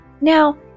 Now